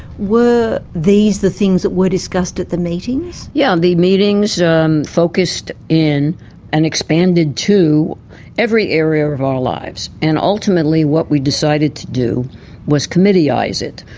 were these the things that were discussed at the meetings? yes, yeah the meetings um focused in and expanded to every area of our lives, and ultimately what we decided to do was committee-ise it.